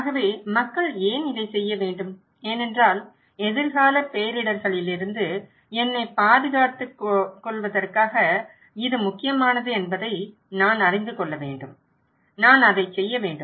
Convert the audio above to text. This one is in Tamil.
ஆகவே மக்கள் ஏன் இதைச் செய்ய வேண்டும் ஏனென்றால் எதிர்கால பேரிடர்களிலிருந்து என்னைப் பாதுகாத்துக் கொள்வதற்காக இது முக்கியமானது என்பதை நான் அறிந்து கொள்ள வேண்டும் நான் அதைச் செய்ய வேண்டும்